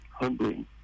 humbling